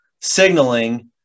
signaling